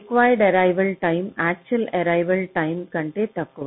required arrival time actual arrival time కంటే తక్కువ